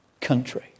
country